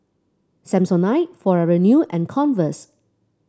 Samsonite Forever New and Converse